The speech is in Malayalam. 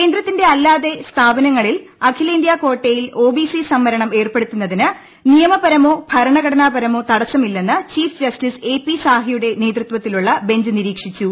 കേന്ദ്രത്തിന്റെയല്ലാത്ത സ്ഥാപനങ്ങളിൽ അഖിലേന്ത്യാ കാട്ടയിൽ ഒബിസി സംവരണം ഏർപ്പെടുത്തുന്നതിന് നിയമപരമോ ഭരണഘടനാപരമോ തടസ്സമില്ലെന്ന് ചീഫ് ജസ്റ്റിസ് എ പി സാഹിയുടെ നേതൃത്വത്തിലുള്ള ബെഞ്ച് നിരീക്ഷിച്ചു